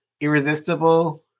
irresistible